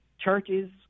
Churches